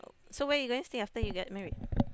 so where you going stay after you get married